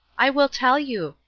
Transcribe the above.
i will tell you.